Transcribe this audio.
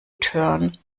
turn